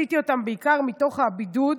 שעשיתי אותם בעיקר מתוך הבידוד,